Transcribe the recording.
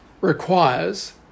requires